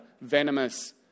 venomous